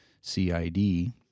CID